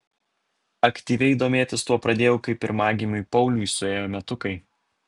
aktyviai domėtis tuo pradėjau kai pirmagimiui pauliui suėjo metukai